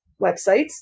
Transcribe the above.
websites